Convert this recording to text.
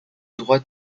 droite